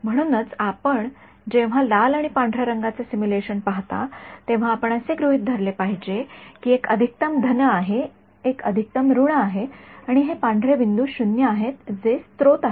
म्हणूनच जेव्हा आपण लाल आणि पांढर्या रंगाचे सिमुलेशन पाहता तेव्हा आपण असे गृहित धरले पाहिजे की एक अधिकतम धन आहे एक अधिकतम ऋण आहे आणि हे पांढरे बिंदू 0 आहेत जे स्त्रोत आहेत